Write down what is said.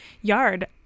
yard